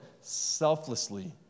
selflessly